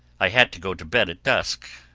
i had to go to bed at dusk,